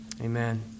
Amen